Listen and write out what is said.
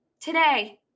today